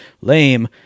Lame